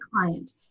client